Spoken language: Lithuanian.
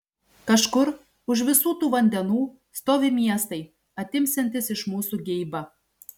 kažkur už visų tų vandenų stovi miestai atimsiantys iš mūsų geibą